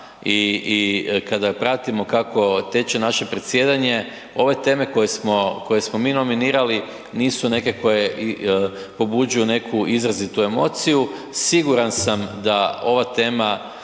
i kada pratimo kako teče naše predsjedanje, ove teme koje smo, koje smo mi nominirali nisu neke koje pobuđuju neku izrazitu emociju. Siguran sam da ova tema